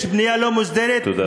יש בנייה לא מוסדרת, תודה רבה.